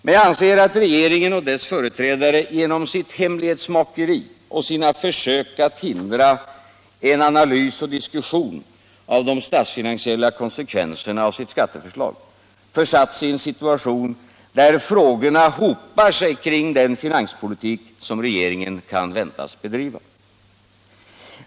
Men jag anser att regeringen och dess företrädare genom sitt hemlighetsmakeri och sina försök att hindra en diskussion om de statsfinansiella konsekvenserna av sitt skatteförslag försatt sig i en situation, där frågorna hopar sig kring den finanspolitik som regeringen kan väntas bedriva.